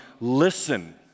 listen